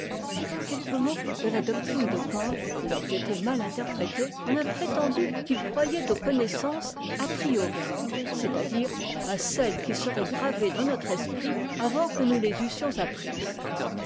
quelques mots de la doctrine de kant ayant été mal interprétés on a prétendu qu'il croyait aux connaissances a priori c'est-à-dire à celles qui seraient gravées dans notre esprit avant que nous les eussions apprises